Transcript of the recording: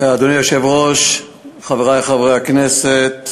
אדוני היושב-ראש, חברי חברי הכנסת,